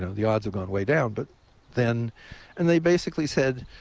the odds have gone way down, but then and they basically said,